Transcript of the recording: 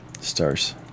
Stars